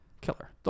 Killer